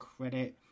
credit